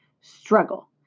Struggle